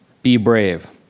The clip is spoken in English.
be brave.